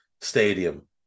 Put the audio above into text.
Stadium